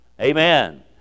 Amen